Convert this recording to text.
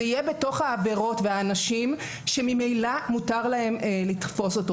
זה יהיה בתוך העבירות ואלה אנשים שממילא מותר להם לתפוס אותו.